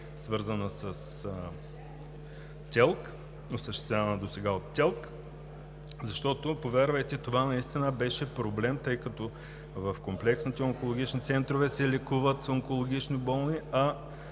свързана с ТЕЛК, осъществявана досега от ТЕЛК. Защото, повярвайте, това наистина беше проблем, тъй като в комплексните онкологични центрове се лекуват онкологично болни, а